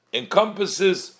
encompasses